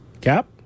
Cap